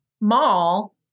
mall